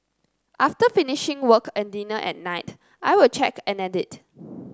after finishing work and dinner at night I will check and edit